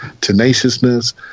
tenaciousness